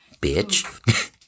Bitch